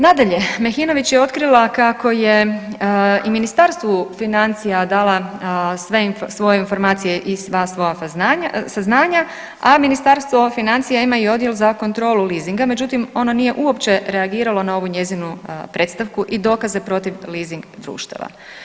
Nadalje, Mehinović je otkrila kako je i Ministarstvu financija dala sve svoje informacije i sva svoja saznanja a Ministarstvo financija ima i Odjel za kontrolu leasinga međutim ono nije uopće reagiralo na ovu njezinu predstavku i dokaze protiv leasing društava.